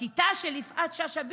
בכיתה של יפעת שאשא ביטון,